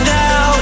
now